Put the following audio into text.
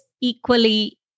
equally